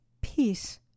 peace